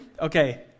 Okay